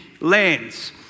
lands